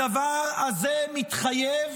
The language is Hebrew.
הדבר הזה מתחייב